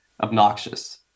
obnoxious